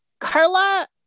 Carla